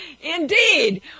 indeed